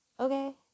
Okay